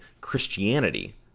Christianity